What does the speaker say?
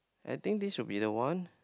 I think this should be the one